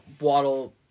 Waddle